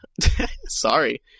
sorry